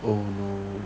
mm